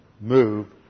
move